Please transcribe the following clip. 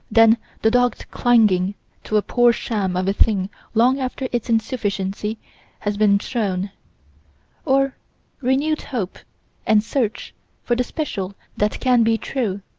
then the dogged clinging to a poor sham of a thing long after its insufficiency has been shown or renewed hope and search for the special that can be true,